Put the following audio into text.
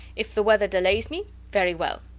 if the weather delays me very well.